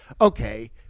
okay